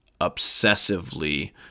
obsessively